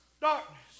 darkness